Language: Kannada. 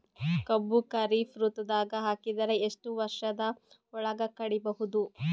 ಕಬ್ಬು ಖರೀಫ್ ಋತುದಾಗ ಹಾಕಿದರ ಎಷ್ಟ ವರ್ಷದ ಒಳಗ ಕಡಿಬಹುದು?